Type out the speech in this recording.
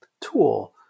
tool